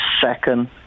second